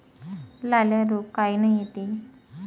लाल्या रोग कायनं येते?